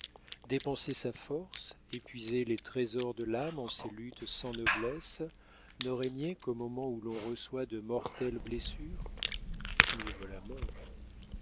dépenser sa force épuiser les trésors de l'âme en ces luttes sans noblesse ne régner qu'au moment où l'on reçoit de mortelles blessures mieux vaut la mort